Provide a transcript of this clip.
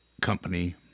company